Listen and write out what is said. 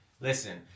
listen –